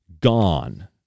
gone